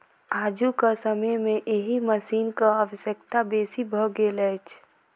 आजुक समय मे एहि मशीनक आवश्यकता बेसी भ गेल अछि